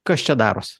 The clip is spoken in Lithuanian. kas čia daros